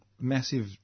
Massive